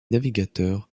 navigateur